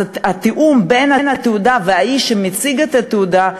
אז חייב להיות תיאום בין התעודה לבין האיש שמציג את התעודה.